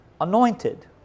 anointed